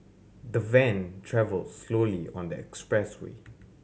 the van travelled slowly on the expressway